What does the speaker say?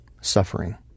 suffering